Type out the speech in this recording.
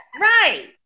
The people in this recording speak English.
right